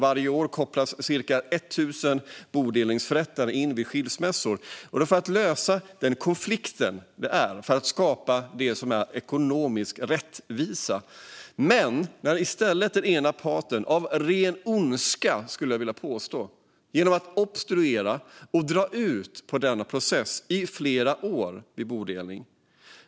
Varje år kopplas cirka 1 000 bodelningsförrättare in vid skilsmässor, både för att lösa konflikten och för att skapa ekonomisk rättvisa. Men den ena parten kan av ren ondska, skulle jag vilja påstå, obstruera och dra ut på tiden i flera år vid bodelning.